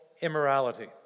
immorality